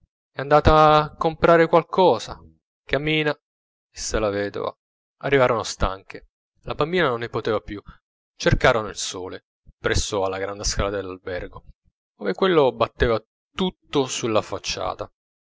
bambina è andata a comprare qualcosa cammina disse la vedova arrivarono stanche la bambina non ne poteva più cercarono il sole presso alla grande scala dell'albergo ove quello batteva tutto sulla facciata